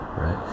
right